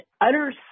utter